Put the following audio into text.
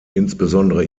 insbesondere